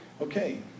Okay